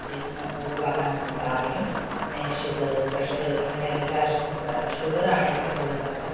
ശരീരത്തിൽ നിന്ന് ഒഴിവാക്കാൻ നമുക്ക് സാധിക്കും എന്നുതന്നെ ഷുഗർ പ്രഷർ അങ്ങനെയെല്ലാം ഷുഗറാണേറ്റവും കൂടുതൽ നടത്തം